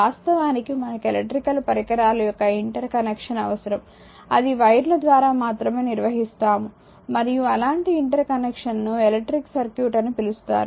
వాస్తవానికి మనకు ఎలక్ట్రికల్ పరికరాల యొక్క ఇంటర్ కనెక్షన్ అవసరం అది వైర్ల ద్వారా మాత్రమే నిర్వహిస్తాము మరియు అలాంటి ఇంటర్ కనెక్షన్ను ఎలక్ట్రిక్ సర్క్యూట్ అని పిలుస్తారు